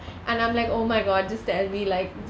and I'm like oh my god just tell me like